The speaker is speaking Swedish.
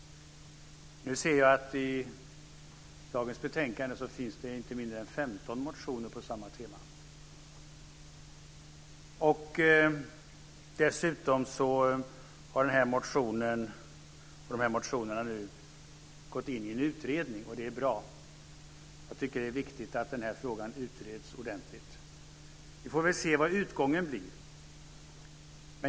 Nu ser jag att det i dagens betänkande finns inte mindre än 15 motioner på samma tema. Dessutom får dessa motioner nu ligga till grund för en utredning, och det är bra. Jag tycker att det är viktigt att den här frågan utreds ordentligt. Vi får väl se vad utgången blir.